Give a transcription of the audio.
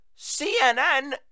CNN